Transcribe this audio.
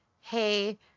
hey